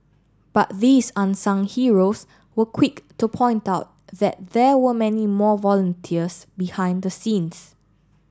but these unsung heroes were quick to point out that there were many more volunteers behind the scenes